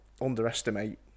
underestimate